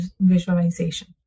visualization